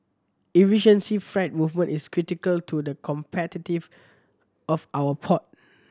efficiency freight movement is critical to the competitive of our port